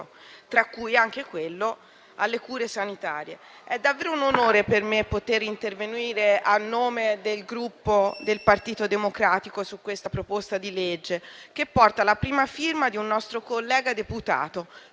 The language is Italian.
tra cui anche quello alle cure sanitarie. È davvero un onore per me intervenire a nome del Gruppo Partito Democratico su questa proposta di legge, che porta la prima firma di un nostro collega deputato,